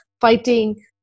fighting